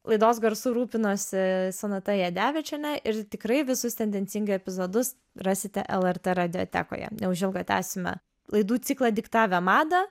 laidos garsu rūpinosi sonata jadevičienė ir tikrai visus tendencingai epizodus rasite lrt radiotekoje neužilgo tęsiame laidų ciklą diktavę madą